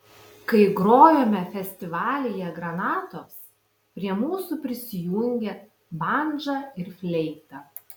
kai grojome festivalyje granatos prie mūsų prisijungė bandža ir fleita